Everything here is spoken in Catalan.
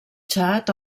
txad